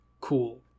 cool